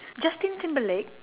justin timberlake